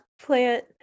plant